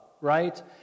right